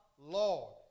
Lord